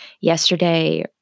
Yesterday